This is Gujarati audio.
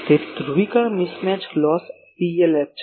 તેથી ધ્રુવીકરણ મિસ મેચ લોસ PLF છે